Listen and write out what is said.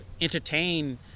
entertain